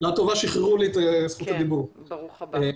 מנהל השירותים הווטרינאריים.